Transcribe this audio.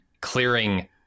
clearing